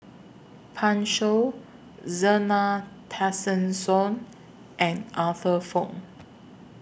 Pan Shou Zena Tessensohn and Arthur Fong